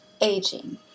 Aging